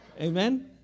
Amen